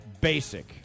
basic